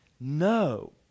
No